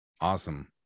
awesome